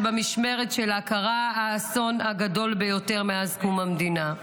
שבמשמרת שלה קרה האסון הגדול ביותר מאז קום המדינה.